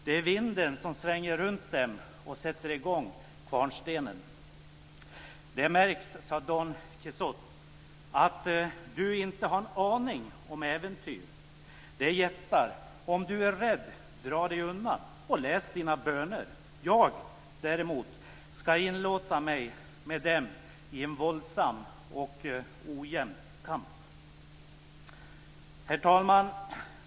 Det är vinden som svänger runt dem och sätter igång kvarnstenen. - Det märks, sade Don Quijote, att du inte har en aning om äventyr. Det är jättar och om du är rädd dra dig undan och läs dina böner. Jag däremot ska inlåta mig med dem i en våldsam och ojämn kamp." Herr talman!